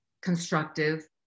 constructive